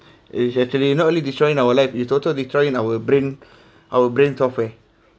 it's actually not really destroying our life it's also destroying our brain our brains off eh